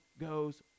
goes